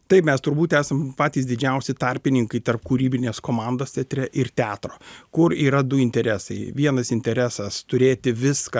taip mes turbūt esam patys didžiausi tarpininkai tarp kūrybinės komandos teatre ir teatro kur yra du interesai vienas interesas turėti viską